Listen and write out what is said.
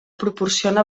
proporciona